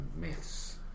myths